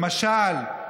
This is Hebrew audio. למשל,